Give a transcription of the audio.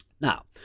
Now